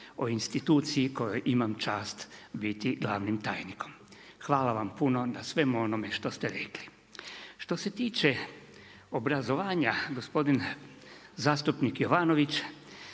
o instituciji kojoj imam čast biti glavnim tajnikom. Hvala vam puno na svemu onome što ste rekli. Što se tiče obrazovanja gospodin zastupnik Jovanović